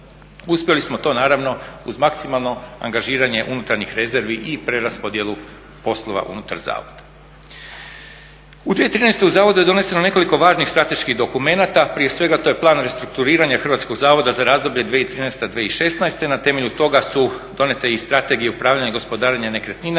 Uspjeli smo to naravno uz maksimalno angažiranje unutarnjih rezervi i preraspodjelu poslova unutar zavoda. U 2013. u zavodu je doneseno nekoliko važnih strateških dokumenata, prije svega to je plan restrukturiranja Hrvatskog zavoda za razdoblje 2013-2016. i na temelju toga su donijete i Strategija upravljanja i gospodarenja nekretninama,